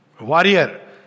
warrior